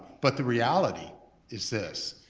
but the reality is this,